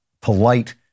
polite